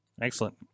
Excellent